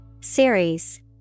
Series